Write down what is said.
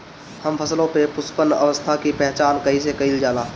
हम फसलों में पुष्पन अवस्था की पहचान कईसे कईल जाला?